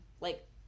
Like-